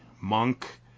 Monk